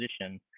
position